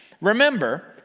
remember